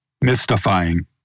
mystifying